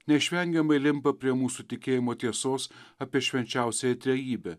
neišvengiamai limpa prie mūsų tikėjimo tiesos apie švenčiausiąją trejybę